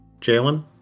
Jalen